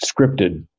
scripted